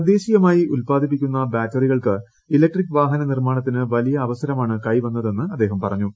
തദ്ദേശീയമായി ഉൽപ്പാദിപ്പിക്കുന്ന ബാറ്ററികൾക്ക് ഇലക്ട്രിക് വാഹന നിർമ്മാണത്തിന് ് വലിയ അവസരമാണ് കൈവന്നതെന്ന് അദ്ദേഹം പറഞ്ഞു